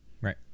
right